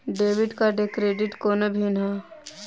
Debit card आ credit कोना भिन्न है?